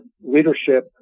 leadership